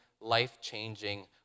life-changing